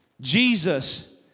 Jesus